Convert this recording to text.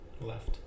left